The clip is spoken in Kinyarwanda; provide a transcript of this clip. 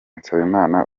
nsabimana